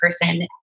person